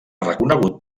reconegut